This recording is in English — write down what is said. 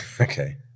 Okay